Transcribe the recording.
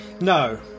No